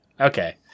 okay